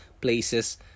places